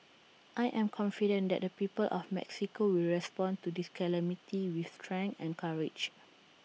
I am confident that the people of Mexico will respond to this calamity with strength and courage